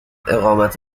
اقامت